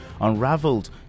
unraveled